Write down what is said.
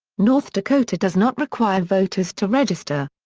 north dakota does not require voters to register.